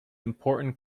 important